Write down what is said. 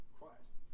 Christ